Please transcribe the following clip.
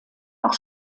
auch